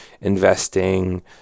investing